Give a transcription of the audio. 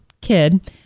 kid